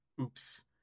oops